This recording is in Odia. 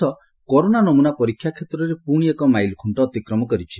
ଦେଶ କରୋନା ନମୁନା ପରୀକ୍ଷା କ୍ଷେତ୍ରରେ ପୁଣି ଏକ ମାଇଲ୍ ଖୁଷ୍ଟ ଅତିକ୍ରମ କରିଛି